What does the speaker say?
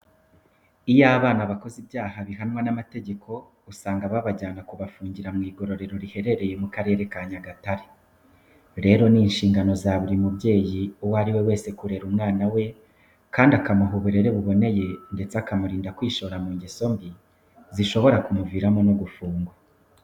Iyo abana bakoze ibyaha bihanwa n'amategeko, usanga babajyana kubafungira mu igororero riherereye mu Karere ka Nyagatare. Rero ni inshingano za buri mubyeyi uwo ari we wese kurera umwana we kandi akamuha uburere buboneye ndetse akamurinda kwishora mu ngeso mbi zishobora kumuviramo no gufungwa.